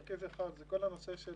מרכיב אחד זה כל הנושא של